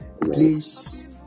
Please